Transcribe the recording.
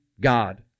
God